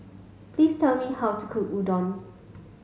please tell me how to cook Udon